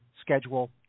schedule